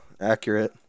accurate